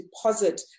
deposit